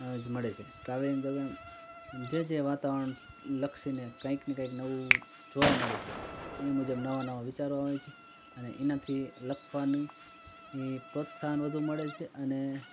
અં જ મળે છે ટ્રાવેલિંગ દરમ્યાન જે જે વાતાવરણ લક્ષીને કંઇકને કંઇક નવું જોવા મળે છે એ મુજબ નવાં નવાં વિચારો આવે છે અને એનાથી લખવાની એ પ્રોત્સાહન વધુ મળે છે અને